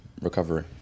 recovery